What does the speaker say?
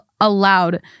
allowed